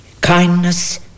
Kindness